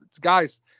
guys